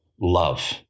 love